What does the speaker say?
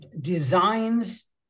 designs